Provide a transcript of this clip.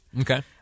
Okay